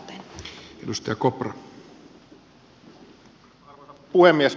arvoisa puhemies